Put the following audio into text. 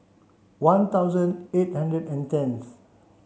one thousand eight hundred and tenth